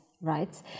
right